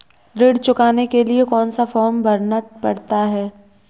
ऋण चुकाने के लिए कौन सा फॉर्म भरना पड़ता है?